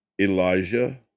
Elijah